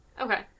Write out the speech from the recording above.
Okay